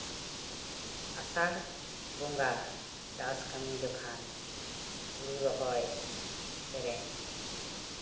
ᱟᱥᱟᱲ ᱵᱚᱸᱜᱟ ᱪᱟᱥ ᱠᱟᱹᱢᱤ ᱡᱚᱠᱷᱟᱱ ᱦᱩᱲᱩ ᱨᱚᱦᱚᱭ ᱥᱮᱨᱮᱧ